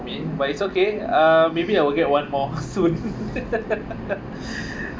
me but it's okay uh maybe I will get one more soon